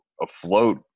afloat